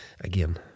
Again